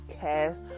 cast